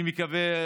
אני מקווה,